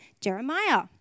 Jeremiah